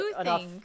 enough